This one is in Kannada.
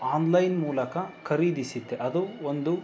ಆನ್ಲೈನ್ ಮೂಲಕ ಖರೀದಿಸಿದ್ದೆ ಅದು ಒಂದು